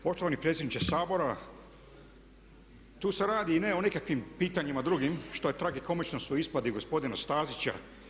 Poštovani predsjedniče Sabora, tu se radi i ne o nekakvim pitanjima drugim šta je tragikomično su ispadi gospodina Stazića.